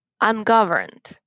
ungoverned